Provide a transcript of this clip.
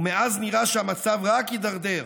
ומאז נראה שהמצב רק הידרדר,